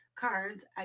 cards